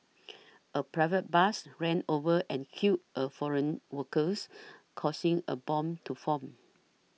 a private bus ran over and killed a foreign workers causing a bom to form